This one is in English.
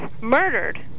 murdered